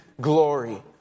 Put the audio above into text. glory